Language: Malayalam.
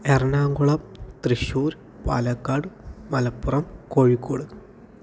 എറണാംകുളം തൃശൂർ പാലക്കാട് മലപ്പുറം കോഴിക്കോട്